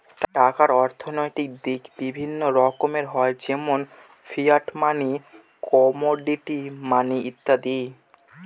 টাকার অর্থনৈতিক দিক বিভিন্ন রকমের হয় যেমন ফিয়াট মানি, কমোডিটি মানি ইত্যাদি